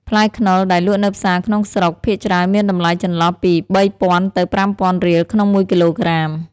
ផ្លែខ្នុរដែលលក់នៅផ្សារក្នុងស្រុក ភាគច្រើនមានតម្លៃចន្លោះពី ៣០០០ ទៅ ៥០០០ រៀលក្នុងមួយគីឡូក្រាម។